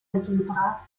algebra